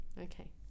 okay